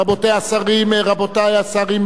רבותי השרים בעתיד,